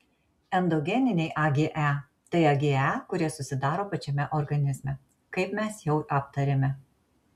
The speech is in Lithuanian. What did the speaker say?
endogeniniai age tai age kurie susidaro pačiame organizme kaip mes jau aptarėme